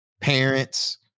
Parents